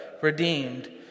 redeemed